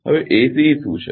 હવે એસીઇ શું છે